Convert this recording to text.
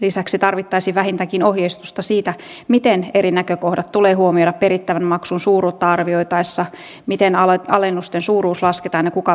lisäksi tarvittaisiin vähintäänkin ohjeistusta siitä miten eri näkökohdat tulee huomioida perittävän maksun suuruutta arvioitaessa miten alennusten suuruus lasketaan ja kuka päätökset tekee